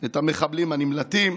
את המחבלים הנמלטים.